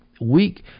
weak